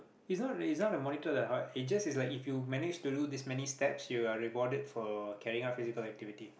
it's not it's not the monitor that's hard it just is like if you manage to do these many step you are rewarded for carrying physical activity